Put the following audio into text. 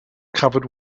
covered